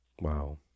Wow